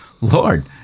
Lord